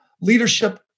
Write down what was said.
leadership